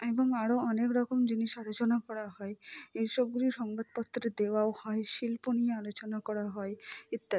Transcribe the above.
এবং আরও অনেক রকম জিনিস আলোচনা করা হয় এসবগুলি সংবাদপত্রে দেওয়াও হয় শিল্প নিয়ে আলোচনা করা হয় ইত্যাদি